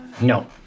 No